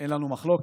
אין לנו מחלוקת: